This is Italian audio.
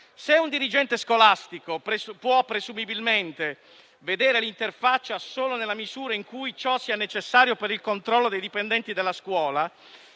Se un dirigente scolastico può presumibilmente vedere l'interfaccia solo nella misura in cui ciò sia necessario per il controllo dei dipendenti della scuola,